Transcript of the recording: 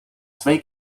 twee